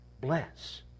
bless